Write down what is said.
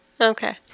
Okay